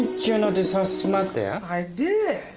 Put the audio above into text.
you notice how smart they are? i.